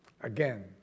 again